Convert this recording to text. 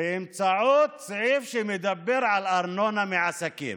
באמצעות סעיף שמדבר על ארנונה מעסקים.